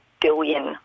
billion